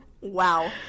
Wow